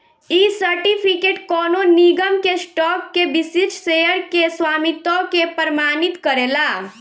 इ सर्टिफिकेट कवनो निगम के स्टॉक के विशिष्ट शेयर के स्वामित्व के प्रमाणित करेला